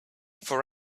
for